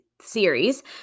series